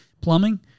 plumbing